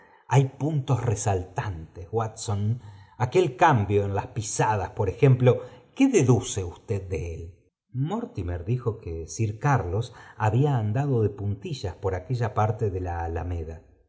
hay puntos resaltantes aquel cambio eí las sa a pqf ejemplo qué deduce usted de él mortimer dijo que sir carlos había andado de puntillas por aquella parte de la alameda